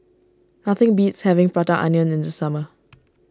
nothing beats having Prata Onion in the summer